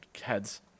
heads